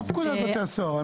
מה פקודת בתי הסוהר?